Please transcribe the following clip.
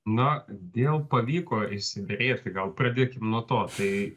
na dėl pavyko išsiderėti gal pradėkim nuo to tai